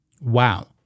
Wow